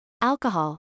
alcohol